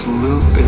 loop